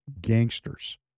gangsters